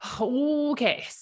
Okay